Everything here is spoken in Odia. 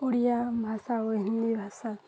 ଓଡ଼ିଆ ଭାଷା ଓ ହିନ୍ଦୀ ଭାଷା